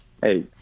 Hey